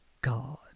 God